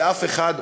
ואף אחד,